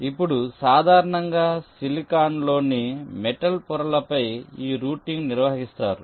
ఇప్పుడు సాధారణంగా సిలికాన్లోని మెటల్ పొరలపై ఈ రూటింగ్ నిర్వహిస్తారు